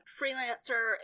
freelancer